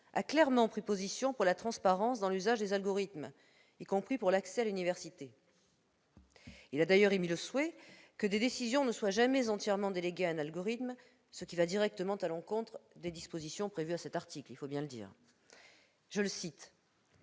a clairement pris position pour la transparence dans l'usage des algorithmes, y compris pour l'accès à l'université. Il a d'ailleurs émis le souhait que des décisions ne soient jamais entièrement déléguées à un algorithme, ce qui va directement à l'encontre des dispositions prévues à cet article- il faut bien le dire. Pour le